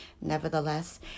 Nevertheless